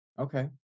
Okay